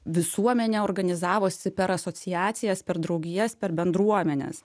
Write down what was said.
visuomenė organizavosi per asociacijas per draugijas per bendruomenes